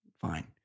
fine